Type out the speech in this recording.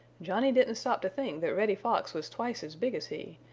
johnny didn't stop to think that reddy fox was twice as big as he,